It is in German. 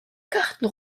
karten